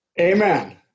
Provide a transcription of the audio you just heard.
Amen